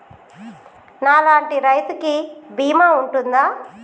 నా లాంటి రైతు కి బీమా ఉంటుందా?